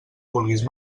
vulguis